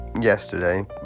yesterday